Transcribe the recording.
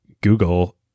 Google